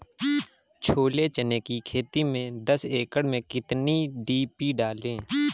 छोले चने की खेती में दस एकड़ में कितनी डी.पी डालें?